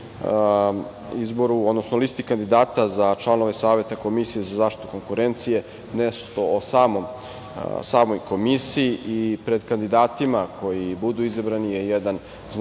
izboru, odnosno listi kandidata za članove Saveta Komisije za zaštitu konkurencije, nešto o samoj Komisiji i pred kandidatima koji budu izabrani je jedan značajan